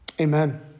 Amen